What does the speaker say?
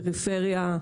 זה לגמרי פריפריה.